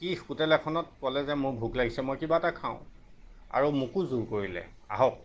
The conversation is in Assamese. সি হোটেল এখনত ক'লে যে মোৰ ভোক লাগিছে মই কিবা এটা খাওঁ আৰু মোকো জোৰ কৰিলে আহক